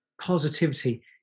positivity